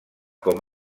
com